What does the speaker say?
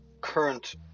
current